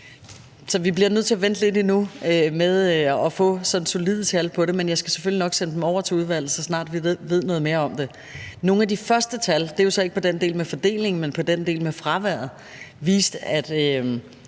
vi bliver nødt til at vente lidt endnu med at få sådan solide tal på det, men jeg skal selvfølgelig nok sende dem over til udvalget, så snart vi ved noget mere om det. Nogle af de første tal – det er jo så ikke om den del med fordelingen, men om den del med fraværet – viste, at